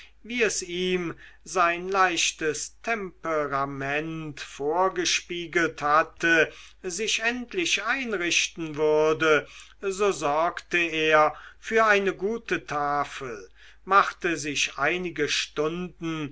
wie es ihm sein leichtes temperament vorgespiegelt hatte sich endlich einrichten würde so sorgte er für eine gute tafel machte sich einige stunden